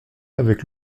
avec